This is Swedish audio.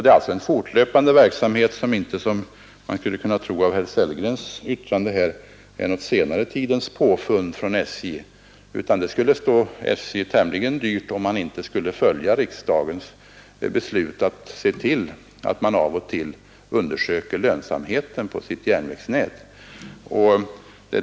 Det är alltså en fortlöpande verksamhet som inte, som man skulle kunna tro av herr Sellgrens yttrande, är något senare tidens påfund från SJ. Det skulle stå SJ tämligen dyrt om man inte skulle följa riksdagens beslut att se till att man av och till undersöker lönsamheten på sitt järnvägsnät.